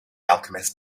alchemist